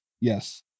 Yes